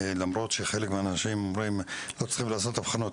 למרות שחלק מהאנשים אומרים שלא צריכים לעשות אבחנות,